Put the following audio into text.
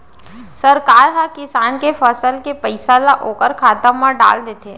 सरकार ह किसान के फसल के पइसा ल ओखर खाता म डाल देथे